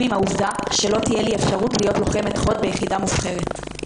עם העובדה שלא תהיה לי אפשרות להיות לוחמת חוד ביחידה מובחרת.